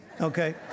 okay